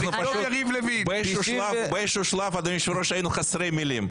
באיזה שהוא שלב היינו חסרי מילים.